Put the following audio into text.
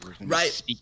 right